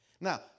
Now